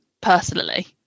personally